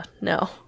no